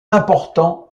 important